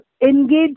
engage